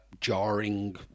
jarring